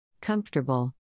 Comfortable